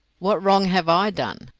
what wrong have i done?